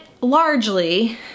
largely